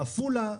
בעפולה,